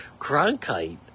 Cronkite